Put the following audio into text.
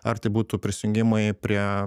ar tai būtų prisijungimai prie